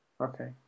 okay